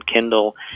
Kindle